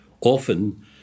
Often